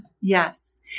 Yes